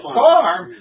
farm